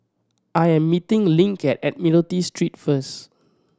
I am meeting Link at Admiralty Street first